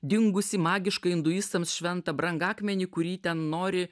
dingusį magišką induistams šventą brangakmenį kurį ten nori